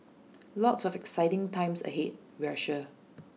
lots of exciting times ahead we're sure